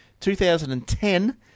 2010